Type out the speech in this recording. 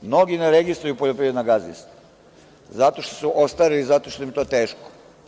Mnogi ne registruju poljoprivredna gazdinstva, zato što su ostarili i zato što im je to teško.